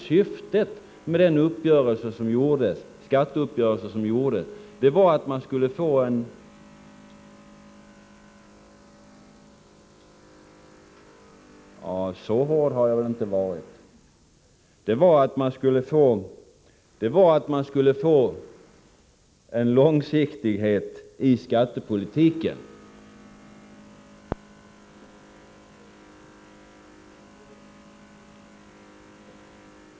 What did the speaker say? Syftet med den skatteuppgörelse som träffades var ju att man skulle få en långsiktighet i skattepolitiken.